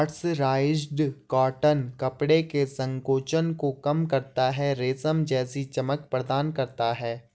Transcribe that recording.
mercerised cotton कपड़े के संकोचन को कम करता है, रेशम जैसी चमक प्रदान करता है